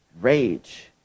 rage